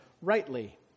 rightly